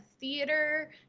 theater